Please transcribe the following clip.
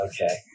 okay